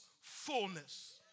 fullness